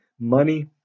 money